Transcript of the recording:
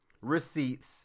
receipts